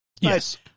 Yes